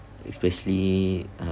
especially uh